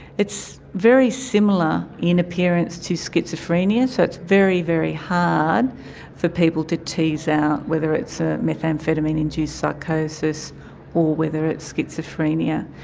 it's very similar in appearance to schizophrenia, so it's very, very hard for people to tease out whether it's a methamphetamine induced psychosis or whether it's schizophrenia.